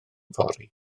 fory